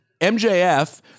MJF